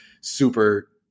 super